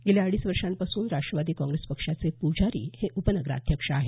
गेल्या अडीच वर्षांपासून राष्ट्रवादी काँग्रेस पक्षाचे प्जारी हे उपनगराध्यक्ष आहेत